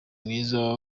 mwiza